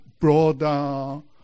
broader